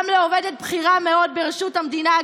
גם לעובדת בכירה מאוד ברשות המדינה,